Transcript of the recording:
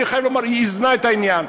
אני חייב לומר, היא איזנה את העניין.